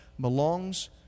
belongs